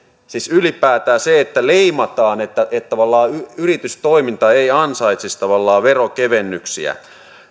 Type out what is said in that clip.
siis ylipäätään se että leimataan että että tavallaan yritystoiminta ei ansaitsisi veronkevennyksiä